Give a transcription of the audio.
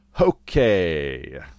okay